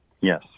Yes